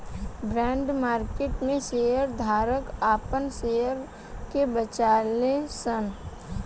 bond market में share धारक आपन शेयर के बेचेले सन